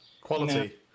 quality